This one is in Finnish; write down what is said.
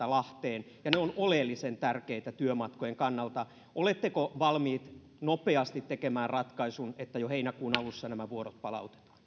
lahteen ja ne ovat oleellisen tärkeitä työmatkojen kannalta niin oletteko valmiit nopeasti tekemään ratkaisun että jo heinäkuun alussa nämä vuorot palautetaan